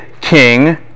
king